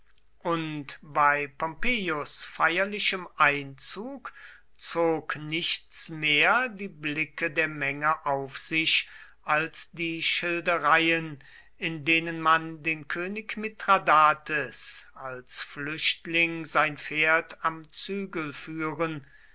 und bei pompeius feierlichem einzug zog nichts mehr die blicke der menge auf sich als die schildereien in denen man den könig mithradates als flüchtling sein pferd am zügel führen